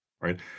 right